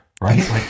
right